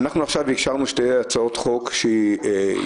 אנחנו עכשיו אישרנו שתי הצעות שידרשו